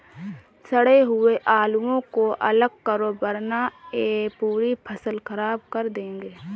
सड़े हुए आलुओं को अलग करो वरना यह पूरी फसल खराब कर देंगे